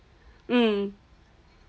mm